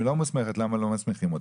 אם היא לא מוסמכת, למה לא מסמכים אותה?